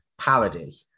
parody